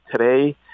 today